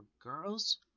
girls